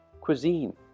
cuisine